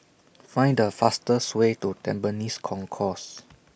Find The fastest Way to Tampines Concourse